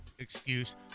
Excuse